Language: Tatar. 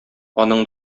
аның